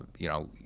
ah you know,